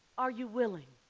are you willing?